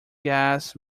gas